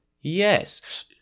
Yes